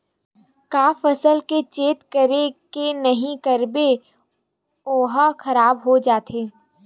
का फसल के चेत लगय के नहीं करबे ओहा खराब हो जाथे?